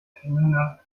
helena